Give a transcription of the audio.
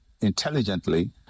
intelligently